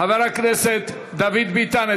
חבר הכנסת דוד ביטן,